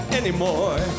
anymore